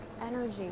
energy